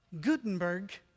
Gutenberg